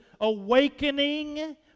awakening